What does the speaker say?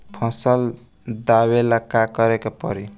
फसल दावेला का करे के परी?